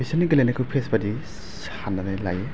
बिसोरनि गेलेनायखौ फेस बायदि साननानै लायो